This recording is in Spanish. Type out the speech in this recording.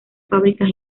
fábricas